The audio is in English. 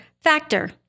Factor